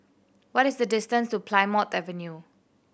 what is the distance to Plymouth Avenue